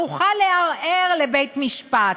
נוכל לערער לבית-משפט.